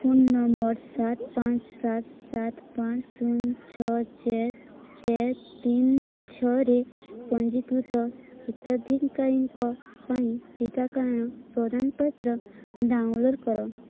phone number ସାତ ପାଞ୍ଚ ସାତ ସାତ ପାଞ୍ଚ ଶୂନ ଛଅ ଚାରି ଚାରି ତିନି ଛଅରେ ପଞ୍ଜୀକୃତ ହିତାଧିକାରୀଙ୍କ ପାଇଁ ଟିକାକରଣ ପ୍ରମାଣପତ୍ର ଡାଉନଲୋଡ଼୍ କର